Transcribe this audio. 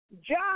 John